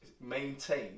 maintain